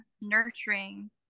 nurturing